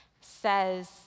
says